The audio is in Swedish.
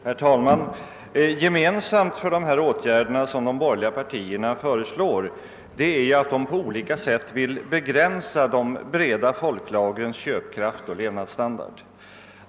Herr talman! Gemensamt för de åtgärder som de borgerliga partierna föreslår är att de syftar till att på olika sätt begränsa de breda folklagrens köpkraft och levnadsstandard.